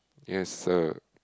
yes sir